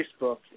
Facebook